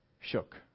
shook